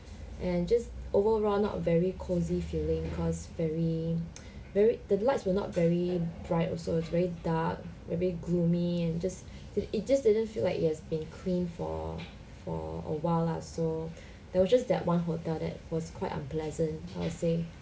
and just overall not very cosy feeling cause very very the lights were not very bright also it's very dark maybe gloomy and just it it just didn't feel like it has been cleaned for for a while lah so there were just that one hotel that was quite unpleasant I would say